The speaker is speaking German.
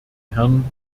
herrn